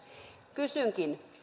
kysynkin